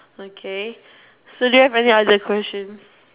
okay so do have any other questions